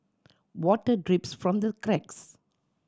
water drips from the cracks